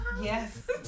Yes